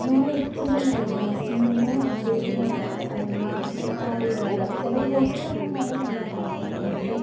ഞാനൊരിക്കലും സിനിമയെ അനുകരിക്കുന്ന ഒരാളല്ല സിനിമ രീതികളിൽ ചിലപ്പോൾ പോസിറ്റീവ് ഉണ്ടെങ്കിലും അതിനെ സ്വന്തമാക്കാനായിട്ട് സാധിക്കും പക്ഷേ ഒരു